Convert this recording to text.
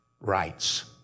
rights